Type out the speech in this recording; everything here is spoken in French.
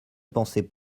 pensaient